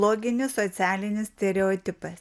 loginis socialinis stereotipas